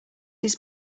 his